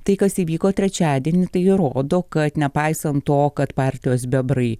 tai kas įvyko trečiadienį tai įrodo kad nepaisant to kad partijos bebrai